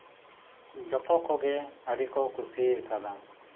ᱡᱚᱛᱚ ᱠᱚᱜᱮ ᱟᱹᱰᱤ ᱠᱚ ᱠᱩᱥᱤ ᱠᱟᱫᱟ